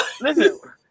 Listen